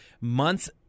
months